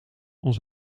ons